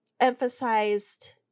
emphasized